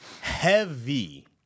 heavy